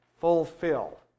fulfill